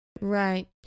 Right